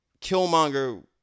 Killmonger